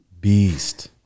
beast